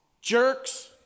Jerks